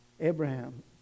Abraham